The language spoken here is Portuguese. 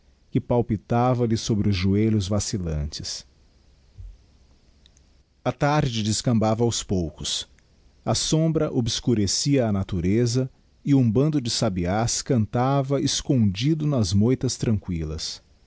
que palpitava lhe sobre os joelhos vacillantes a tarde descambava aos poucos a sombra obscurecia a natureza e um bando de sabiás cantava escondido nas moitas tranquillas